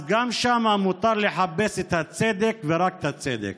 אז גם שם יהיה מותר לחפש את הצדק ורק את הצדק.